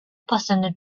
personal